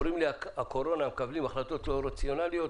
אומרים לי שבקורונה מקבלים החלטות לא רציונליות,